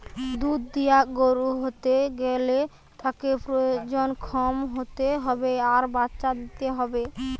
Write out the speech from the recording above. দুধ দিয়া গরু হতে গ্যালে তাকে প্রজনন ক্ষম হতে হবে আর বাচ্চা দিতে হবে